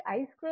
కాబట్టి I